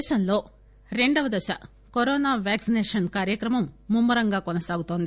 దేశంలో రెండో దశ కరోనా వ్యాక్పినేషన్ కార్యక్రమం ముమ్మరంగా కొనసాగుతోంది